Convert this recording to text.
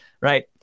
right